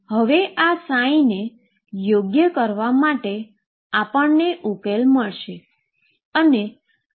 હવે આ ને યોગ્ય કરવા માટે આપણે ઉકેલ મળશે